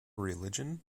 religion